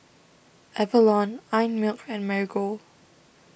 Avalon Einmilk and Marigold